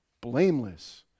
Blameless